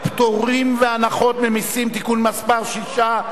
(פטורים והנחות ממסים) (תיקון מס' 6),